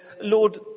Lord